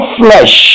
flesh